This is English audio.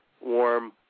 warm